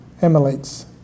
emulates